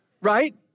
Right